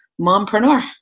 mompreneur